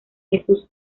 jesús